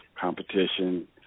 competition